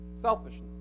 Selfishness